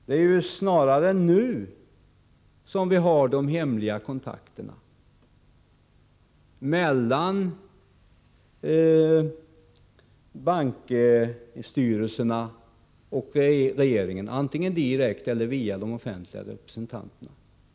Det är nu som vi har hemliga kontakter mellan bankstyrelserna och regering, antingen direkt eller också via de offentliga representanterna.